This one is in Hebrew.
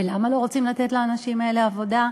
ולמה לא רוצים לתת לאנשים האלה עבודה?